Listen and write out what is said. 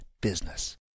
business